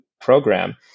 program